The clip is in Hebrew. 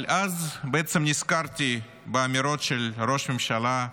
אבל אז נזכרתי באמירות של ראש הממשלה,